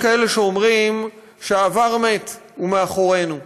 יש כאלה שאומרים שהעבר מת, הוא מאחורינו.